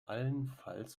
allenfalls